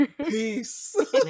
Peace